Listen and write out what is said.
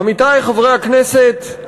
עמיתי חברי הכנסת,